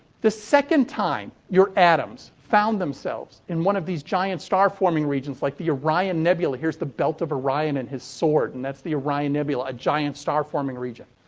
the second time your atoms found themselves in one of these giant star forming regions, like the orion nubula. here's the belt of orion and his sword. and that's the orion nebula, a giant star forming region.